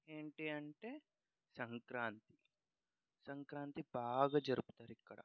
ఏంటి అంటే సంక్రాంతి సంక్రాంతి బాగా జరుపుతారు ఇక్కడ